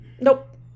Nope